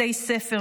בתי ספר,